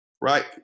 right